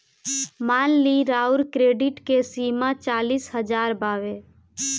मान ली राउर क्रेडीट के सीमा चालीस हज़ार बावे